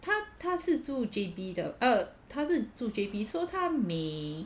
他他是住 J_B 的 uh 他是住 J_B so 他每